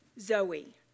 Zoe